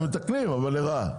הם מתקנים, אבל לרעה.